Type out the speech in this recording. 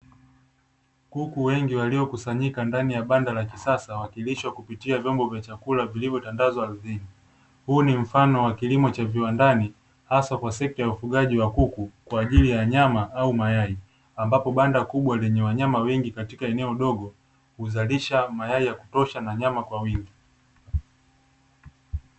Kuku wengi waliokusanyika ndani ya banda la kisasa, wakilishwa kupitia vyombo vya chakula vilivyotandazwa ardhini. Huu ni mfano wa kilimo cha viwandani hasa kwa sekta ya ufugaji wa kuku kwa ajili ya nyama au mayai, ambapo banda kubwa lenye wanyama wengi katika eneo dogo huzalisha mayai ya kutosha na nyama kwa wingi.